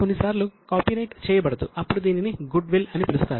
కొన్నిసార్లు ఇది కాపీరైట్ చేయబడదు అప్పుడు దీనిని గుడ్విల్ అని పిలుస్తారు